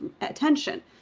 attention